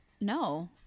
no